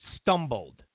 stumbled